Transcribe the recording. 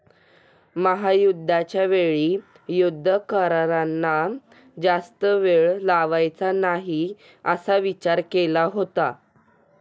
महायुद्धाच्या वेळी युद्ध करारांना जास्त वेळ लावायचा नाही असा विचार केला होता